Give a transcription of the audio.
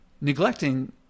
Neglecting